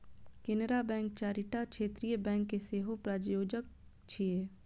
Canara bank चारिटा क्षेत्रीय bank के सेहो प्रायोजक छियै